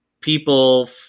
people